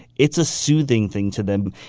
it's a soothing thing to them.